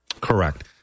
Correct